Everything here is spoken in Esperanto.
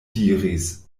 diris